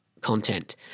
content